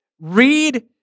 Read